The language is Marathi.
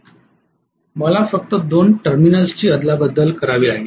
मला फक्त दोन टर्मिनल्सची अदलाबदल करावी लागेल